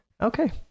Okay